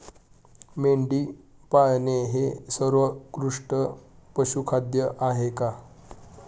मेंढी पाळणे हे सर्वोत्कृष्ट पशुखाद्य आहे का?